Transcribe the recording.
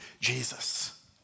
Jesus